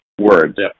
words